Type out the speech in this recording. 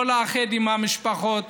לאחד אותם עם המשפחות.